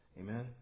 Amen